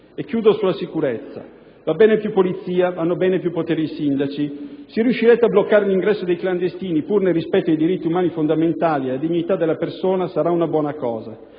parlando di sicurezza: va bene più polizia, vanno bene più poteri ai sindaci. Se riuscirete a bloccare l'ingresso dei clandestini, pur nel rispetto dei diritti umani fondamentali e la dignità della persona sarà una buona cosa,